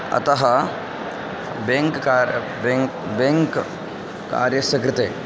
अतः बेङ्क् का bank bank कार्यस्य कृते